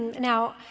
now,